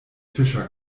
fischer